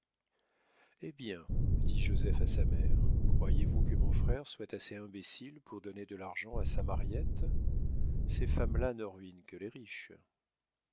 eh bien dit joseph à sa mère croyez-vous que mon frère soit assez imbécile pour donner de l'argent à sa mariette ces femmes-là ne ruinent que les riches